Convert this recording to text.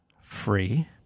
free